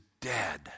dead